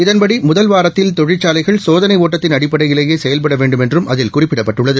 இதன்படி முதல் வாரத்தில் தொழிற்சாலைகள் சோதளை ஒட்டத்தின் அடிப்படையிலேயே செயல்பட வேண்டுமென்றும் அதில் குறிப்பிடப்பட்டுள்ளது